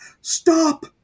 Stop